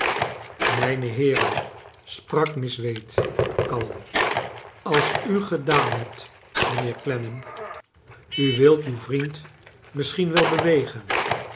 mijne heeren sprak miss wade kalm als u gedaan hebt mijnheer clenna ni u wilt uw vriend misschien wel bewegen